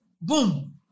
boom